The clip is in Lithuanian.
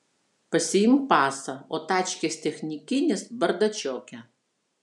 pasiimk pasą o tačkės technikinis bardačioke